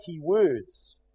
words